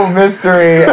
mystery